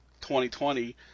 2020